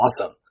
awesome